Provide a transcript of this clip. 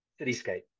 cityscape